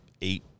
eight